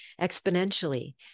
exponentially